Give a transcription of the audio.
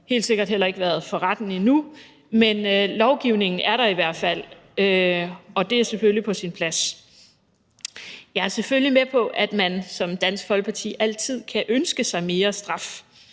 helt sikkert heller ikke været for retten endnu, men lovgivningen er der i hvert fald, og det er selvfølgelig på sin plads. Jeg er selvfølgelig med på, at man som Dansk Folkeparti altid kan ønske sig mere straf,